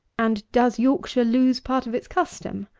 and, does yorkshire lose part of its custom?